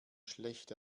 schlecht